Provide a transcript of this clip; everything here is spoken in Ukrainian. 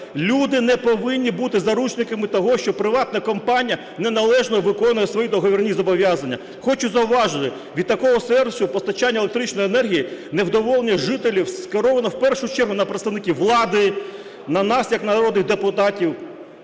Люди не повинні бути заручниками того, що приватна компанія неналежно виконує свої договірні зобов'язання. Хочу зауважити, від такого сервісу постачання електричної енергії невдоволення жителів скеровано в першу чергу на представників влади, на нас як народних депутатів.